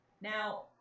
Now